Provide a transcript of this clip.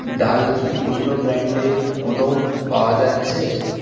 ডাল কি অন্য ব্র্যান্ডে কোনও পাওয়া যাচ্ছে